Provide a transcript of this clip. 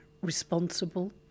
responsible